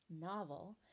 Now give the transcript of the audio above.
novel